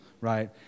right